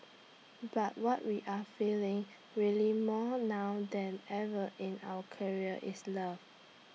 but what we are feeling really more now than ever in our career is love